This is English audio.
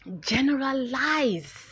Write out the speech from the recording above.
generalize